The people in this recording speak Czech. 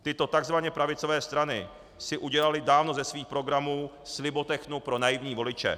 Tyto takzvaně pravicové strany si udělaly dávno ze svých programů slibotechnu pro naivní voliče.